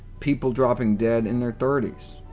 people dropping dead in their thirties,